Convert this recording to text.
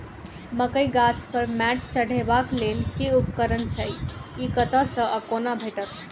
मकई गाछ पर मैंट चढ़ेबाक लेल केँ उपकरण छै? ई कतह सऽ आ कोना भेटत?